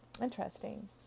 Interesting